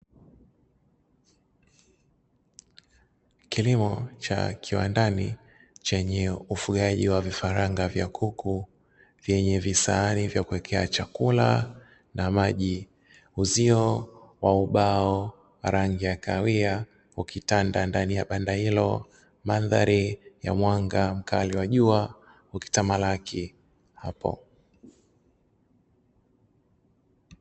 Kilimo cha kiwandani chenye ufugaji wa vifaranga vya kuku vyenye visahani vya kuwekea chakula na maji. Uzio wa ubao wa rangi ya kahawia ukitanda ndani ya banda hilo, mandhari ya mwanga mkali wa jua ukitamalaki hapo.